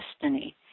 destiny